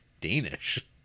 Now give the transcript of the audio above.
Danish